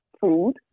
food